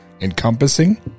encompassing